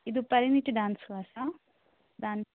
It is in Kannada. ಇದು ಪರಿಣಿತಿ ಡಾನ್ಸ್ ಕ್ಲಾಸಾ ಡಾನ್ಸ್